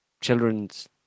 children's